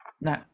no